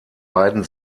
beiden